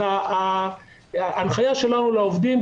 אז ההנחיה שלנו לעובדים,